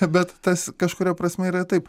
bet tas kažkuria prasme yra taip